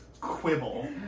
quibble